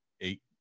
eight